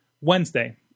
Wednesday